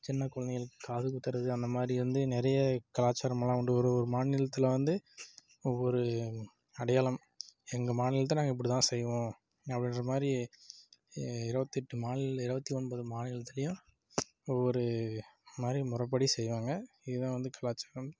சின்னகுமிழ் காது குத்துவது அது மாதிரி வந்து நிறைய கலாச்சாரமெலாம் உண்டு ஒவ்வொரு மாநிலத்தில் வந்து ஒவ்வொரு அடையாளம் எங்கள் மாநிலத்தை நாங்கள் இப்படிதான் செய்வோம் அப்படிகிற மாதிரி இருபத்தெட்டு இருவத்தொம்பது மாநிலத்துலேயும் ஒவ்வொரு மாநிலம் முறைப்படி செய்வாங்க இதுதான் வந்து கலாச்சாரம்